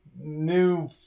New